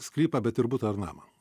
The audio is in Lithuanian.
sklypą bet ir butą ar namą